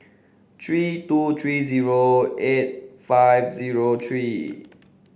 three two three zero eight five zero three